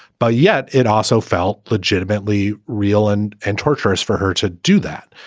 but yet it also felt legitimately real and and torturous for her to do that.